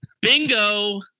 Bingo